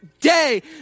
day